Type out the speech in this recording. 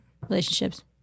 relationships